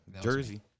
Jersey